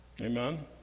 Amen